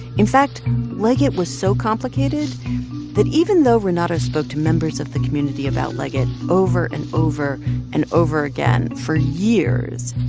in fact, liget was so complicated that even though renato spoke to members of the community about liget over and over and over again for years,